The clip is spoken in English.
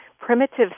primitive